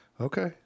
Okay